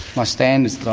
my stand is